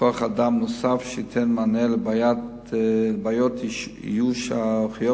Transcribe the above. כוח-אדם נוסף שייתן מענה לבעיות איוש האחיות